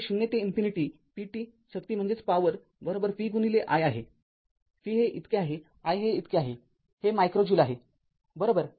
म्हणजे ० ते infinity pt शक्ती vi आहे vहे इतके आहे i हे इतके आहे हे मायक्रो ज्यूल आहे बरोबर